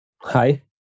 Hi